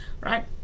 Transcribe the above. right